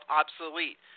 obsolete